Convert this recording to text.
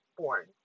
born